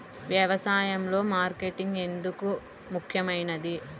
వ్యసాయంలో మార్కెటింగ్ ఎందుకు ముఖ్యమైనది?